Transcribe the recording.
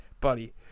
buddy